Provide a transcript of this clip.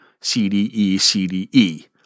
C-D-E-C-D-E